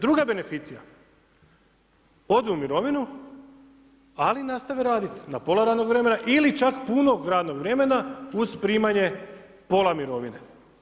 Druga beneficija, ode u mirovinu, ali nastavi radit, na pola radnog vremena ili čak punog radnog vremena uz primanje pola mirovine.